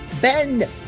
Ben